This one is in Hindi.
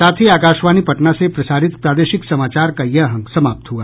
इसके साथ ही आकाशवाणी पटना से प्रसारित प्रादेशिक समाचार का ये अंक समाप्त हुआ